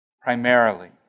primarily